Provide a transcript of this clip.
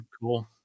cool